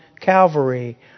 Calvary